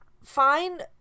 Find